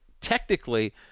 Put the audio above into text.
technically